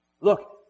Look